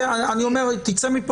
גם.